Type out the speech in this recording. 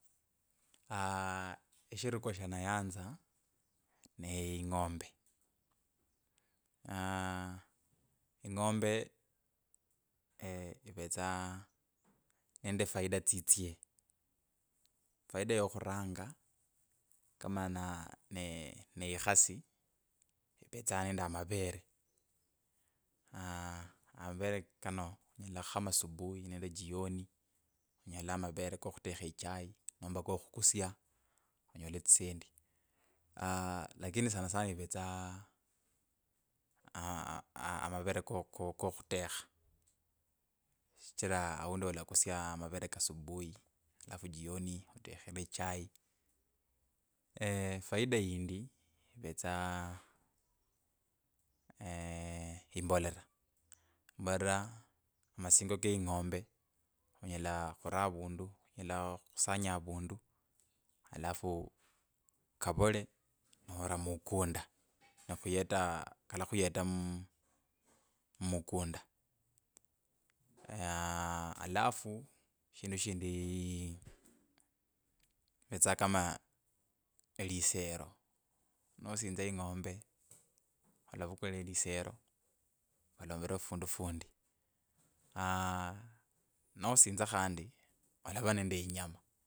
eshirukwa sha nayanza neing’ombe. ah ing’ombe eeeh ivetsa niende faida tsitsye. Faida yo khuranga kama na aa ne- ee neikhasi ivetsa niende amavere aaaah amavere kano nyela khukhama subui niende jioni nyole amavere kokhutekha echai naomba kokhukusya onyole tsisendi aaaah lakini sanasana ivetsa aaaah amavere ko- ko- kokhutekha. Shichira aundi alakusya amavere ka subui alafu jioni otekhere chai. faida yindi ivetsaa eeeh imbolera, imbolera, masingo keing’ombe onyela khuraa avundu onyele khusanga avundu alafu kavole nova mukunda nakhuyeta, kalakhuyeta muuu… mukunda. l, alafu shindu shindii ivetsa kama liseru, nosinza eing’ombe olavukula elisero olombere ofundu fundi, aaaah nosinza khandi olava niende inyama.